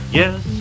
yes